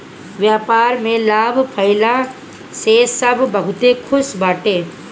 व्यापार में लाभ भइला से सब बहुते खुश बाटे